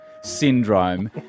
syndrome